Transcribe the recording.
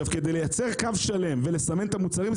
כדי לייצר קו שלם ולסמן את המוצרים,